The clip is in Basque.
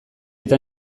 eta